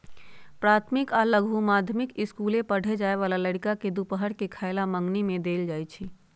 प्राथमिक आ लघु माध्यमिक ईसकुल पढ़े जाय बला लइरका के दूपहर के खयला मंग्नी में देल जाइ छै